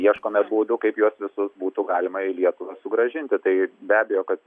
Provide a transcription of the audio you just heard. ieškome būdų kaip juos visus būtų galima į lietuvą sugrąžinti tai be abejo kad